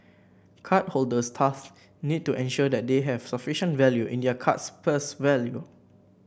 card holders thus need to ensure that they have sufficient value in their card's purse value